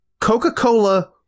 coca-cola